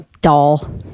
doll